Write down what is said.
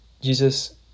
Jesus